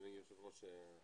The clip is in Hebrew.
אדוני היושב ראש,